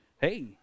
hey